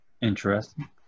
Interesting